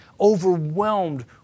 overwhelmed